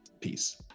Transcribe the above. Peace